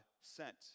sent